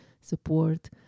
support